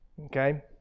Okay